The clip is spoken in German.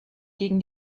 gegen